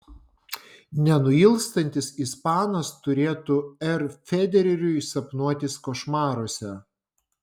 nenuilstantis ispanas turėtų r federeriui sapnuotis košmaruose